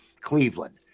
Cleveland